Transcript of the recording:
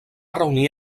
reunir